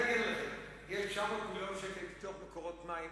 יש 900 מיליון שקל לפיתוח מקורות מים.